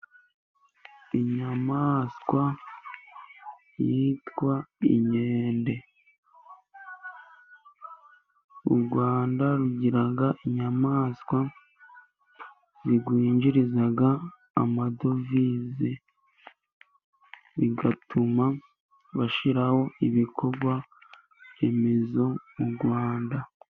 Inyamaswa yitwa inkende. Urwanda rugira inyamaswa zirwinjiriza amadovizi. Bigatuma bashyiraho ibikorwaremezo mu Rwanda.